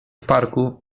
parku